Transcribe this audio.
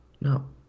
No